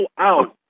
out